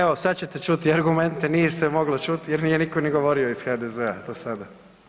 Evo sad ćete čuti argumente, nije se moglo čuti jer nije nitko ni govorio iz HDZ-a do sada.